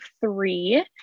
three